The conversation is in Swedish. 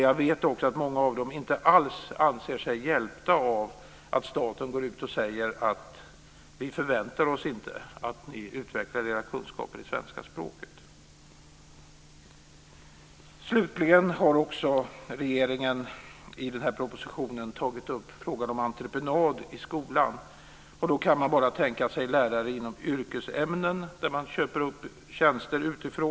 Jag vet också att många av dem inte alls anser sig hjälpta av att staten går ut och säger att man inte förväntar sig att de utvecklar sina kunskaper i svenska språket. Slutligen har regeringen i denna proposition också tagit upp frågan om entreprenad i skolan. Då kan regeringen bara tänka sig lärare inom yrkesämnen där man köper upp tjänster utifrån.